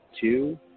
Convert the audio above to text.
two